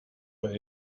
were